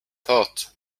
thought